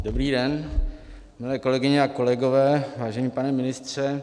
Dobrý den, milé kolegyně a kolegové, vážený pane ministře.